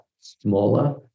smaller